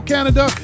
Canada